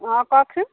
অঁ কওকচোন